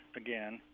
again